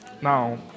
Now